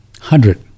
hundred